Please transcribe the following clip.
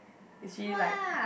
is really like